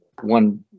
one